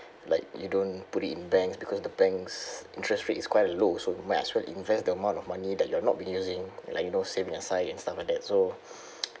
like you don't put it in banks because the banks interest rate is quite low so might as well invest the amount of money that you have not been using like you know save it aside and stuff like that so